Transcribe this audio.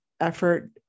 effort